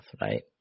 right